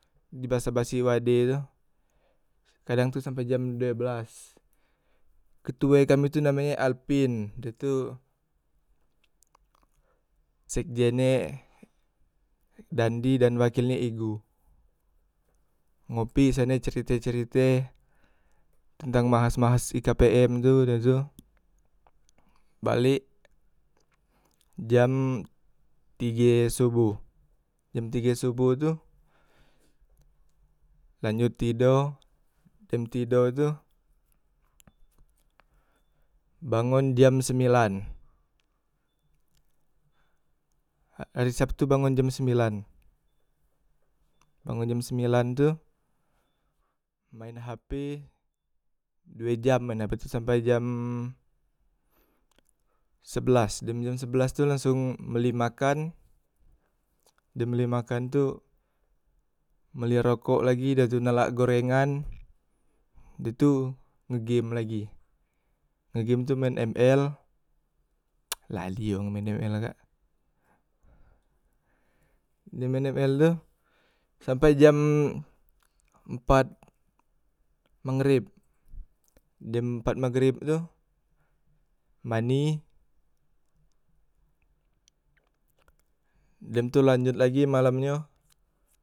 Di basa basi uad tu kadang tu sampe jam due belas ketue kami tu namenye alpin de tu sekjen e dandi dan wakil e ego, ngopi sane cerite- cerite tentang mbahas- bahas ikapm tu da tu balek jam tige soboh jam tige soboh tu lanjot tido, dem tido tu bangon jam sembilan, hari sabtu bangon jam sembilan, bangon jam sembilan tu maen hp due jam maen hp tu sampe jam sebelas, jam sebelas tu langsong beli makan, dem beli makan tu mbeli rokok lagi dem tu nelak gorengan da tu nge game lagi, nge game tu maen ml lali wong maen ml kak dem maen ml tu sampai jam empat megreb, dem empat megreb tu mani dem tu lanjot lagi malam nyo.